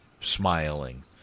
smiling